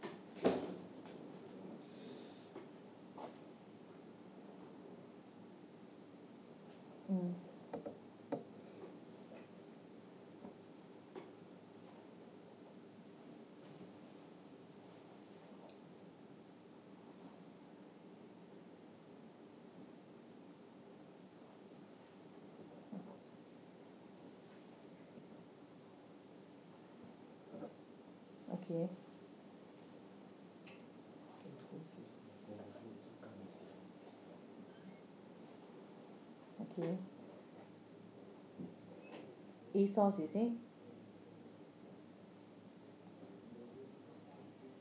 mm okay okay a source is it